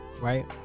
right